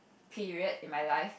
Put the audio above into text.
period in my life